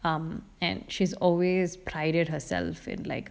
um and she's always prided herself in like